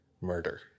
murder